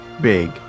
big